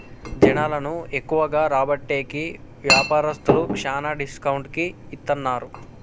జనాలను ఎక్కువగా రాబట్టేకి వ్యాపారస్తులు శ్యానా డిస్కౌంట్ కి ఇత్తన్నారు